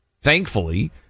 Thankfully